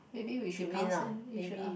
maybe we should ask them we should ask